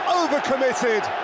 overcommitted